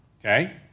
okay